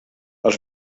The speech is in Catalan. els